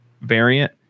variant